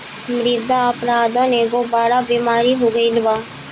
मृदा अपरदन एगो बड़ बेमारी हो गईल बा